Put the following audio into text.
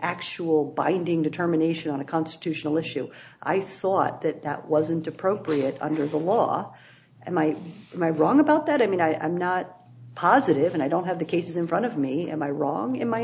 actual binding determination on a constitutional issue i thought that that wasn't appropriate under the law and i am i wrong about that i mean i am not positive and i don't have the case in front of me am i wrong in my